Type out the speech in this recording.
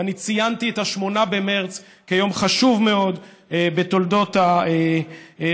ואני ציינתי את 8 במרס כיום חשוב מאוד גם בתולדות המדינה,